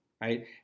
right